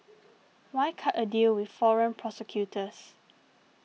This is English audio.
why cut a deal with foreign prosecutors